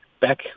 back